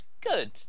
Good